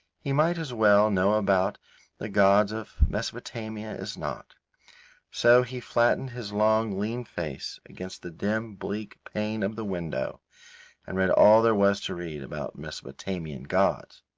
he might as well know about the gods of mesopotamia as not so he flattened his long, lean face against the dim bleak pane of the window and read all there was to read about mesopotamian gods.